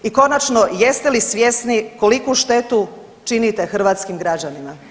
I konačno, jeste li svjesni koliku štetu činite hrvatskim građanima?